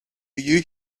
you